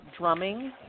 drumming